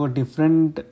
different